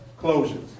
closures